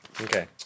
Okay